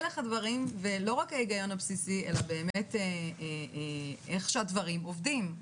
הלך הדברים ולא רק ההיגיון הבסיסי אלא באמת איך שהדברים עובדים.